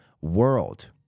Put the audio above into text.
world